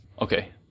Okay